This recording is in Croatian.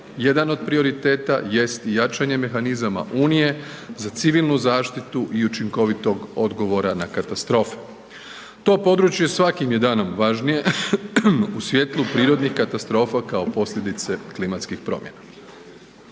jedan od prioriteta jest i jačanje mehanizama unije za civilnu zaštitu i učinkovitog odgovora na katastrofe. To područje svakim je danom važnije, u svjetlu prirodnih katastrofa kao posljedice klimatskih promjena.